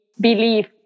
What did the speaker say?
belief